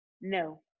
no